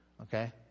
Okay